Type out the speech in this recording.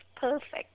perfect